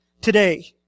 today